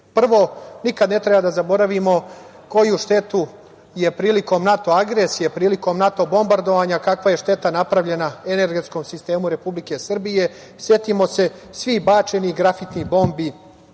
nikada ne treba da zaboravimo koju štetu je prilikom NATO agresije, prilikom NATO bombardovanja, kakva je šteta napravljena energetskom sistemu Republike Srbije. Setimo se svih bačenih grafitnih bombi